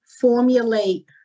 formulate